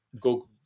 Go